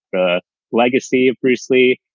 the legacy of bruce lee.